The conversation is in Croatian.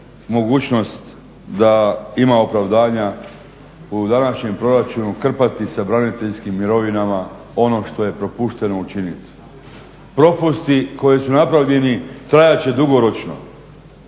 mogućnost da ima opravdanja u današnjem proračunu krpati sa braniteljskim mirovinama ono što je propušteno učiniti. Propusti koji su napravljeni trajat će dugoročno.